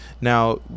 now